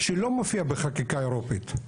שלא מופיע בחקיקה האירופית.